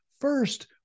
first